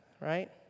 right